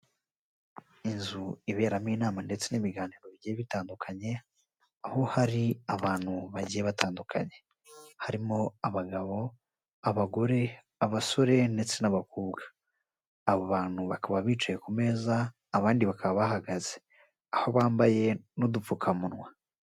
Inzu iberamo inama ndetse n'ibiganiro bigiye bitandukanye aho hari abantu bagiye batandukanye, harimo abagabo abagore abasore ndetse n'abakobwa, abo bantu bakaba bicaye ku meza abandi bakaba bahagaze aho bambaye n'udupfukamunwa.